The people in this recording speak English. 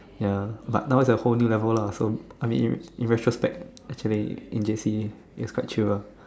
ya but now is a whole new level lah so I mean in retrospect actually in J_C is quite chill lah